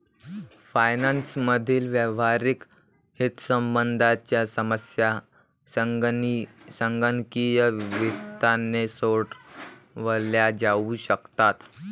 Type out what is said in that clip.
finance मधील व्यावहारिक हितसंबंधांच्या समस्या संगणकीय वित्ताने सोडवल्या जाऊ शकतात